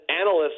analysts